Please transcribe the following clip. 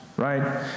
Right